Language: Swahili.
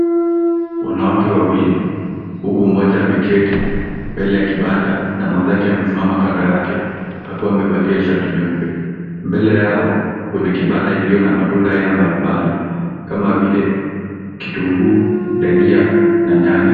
Wanawake wawili huku mmoja ameketi mbele ya kibanda na mwenzake amesimama kando yake akiwa amevalia shati nyeupe mbele yao kuna kibanda iliyo na matunda ya aina mbali mbali kama vile kitunguu dania na nyanya